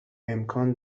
امکان